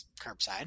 curbside